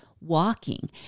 walking